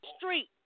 street